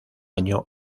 año